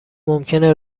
ممکنه